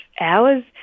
hours